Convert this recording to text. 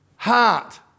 heart